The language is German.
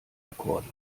akkorde